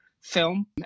film